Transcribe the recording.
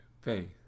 faith